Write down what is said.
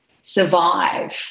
survive